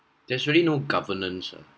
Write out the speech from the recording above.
there's really no governance ah